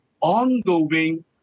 ongoing